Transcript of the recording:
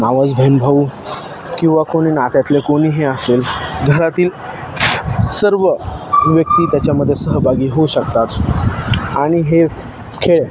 मावस बहीण भाऊ किंवा कोणी नात्यातले कोणीही असेल घरातील सर्व व्यक्ती त्याच्यामध्ये सहभागी होऊ शकतात आणि हे खेळ